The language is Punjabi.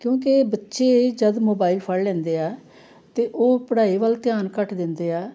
ਕਿਉਂਕਿ ਬੱਚੇ ਜਦੋਂ ਮੋਬਾਇਲ ਫੜ ਲੈਂਦੇ ਆ ਤਾਂ ਉਹ ਪੜ੍ਹਾਈ ਵੱਲ ਧਿਆਨ ਘੱਟ ਦਿੰਦੇ ਆ